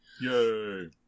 Yay